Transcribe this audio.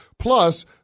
Plus